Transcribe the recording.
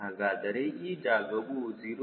ಹಾಗಾದರೆ ಈ ಜಾಗವು 0